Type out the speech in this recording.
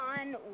on